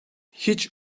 hiç